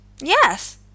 Yes